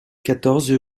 quatorze